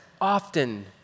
often